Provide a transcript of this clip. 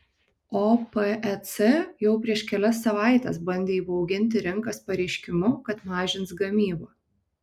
opec jau prieš kelias savaites bandė įbauginti rinkas pareiškimu kad mažins gamybą